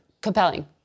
compelling